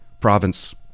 province